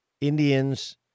Indians